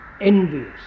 envious